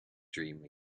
dream